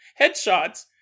headshots